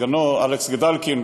סגנו אלכס גדלקין,